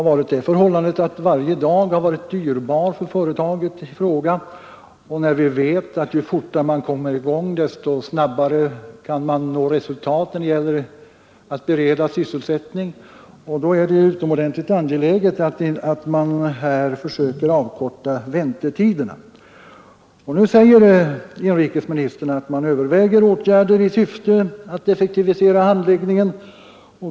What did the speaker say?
Varje dag har varit dyrbar för företaget i fråga. När vi vet att ju fortare man kommer i gång desto snabbare kan man nå resultat när det gäller att bereda sysselsättning, är det utomordentligt angeläget att här försöka avkorta väntetiderna Inrikesministern anför att man överväger åtgärder i syfte att effektivisera handläggningen.